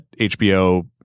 HBO